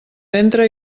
ventre